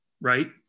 Right